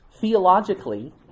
theologically